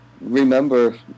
remember